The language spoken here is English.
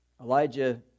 Elijah